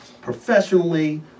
professionally